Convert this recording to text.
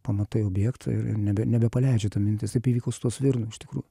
pamatai objektą ir ir nebe nebepaleidžia ta mintis taip įvyko su tuo svirnu iš tikrų